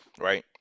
right